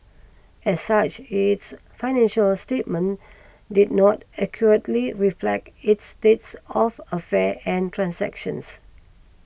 as such its financial statements did not accurately reflect its states of affairs and transactions